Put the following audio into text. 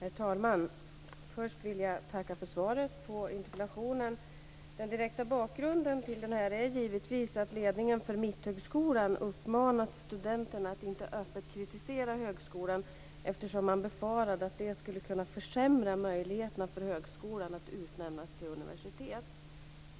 Herr talman! Först vill jag tacka för svaret på interpellationen. Den direkta bakgrunden till den är givetvis att ledningen för Mitthögskolan uppmanat studenterna att inte öppet kritisera högskolan, eftersom man befarade att det skulle kunna försämra möjligheterna för högskolan att utnämnas till universitet.